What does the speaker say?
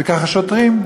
וכך השוטרים,